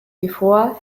before